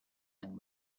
lived